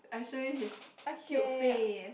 I show you his cute face